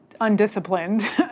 undisciplined